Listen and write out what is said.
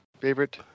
favorite